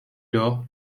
lors